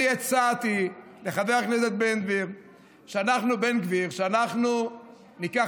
אני הצעתי לחבר הכנסת בן גביר שאנחנו ניקח